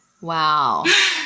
Wow